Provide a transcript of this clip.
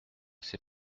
sais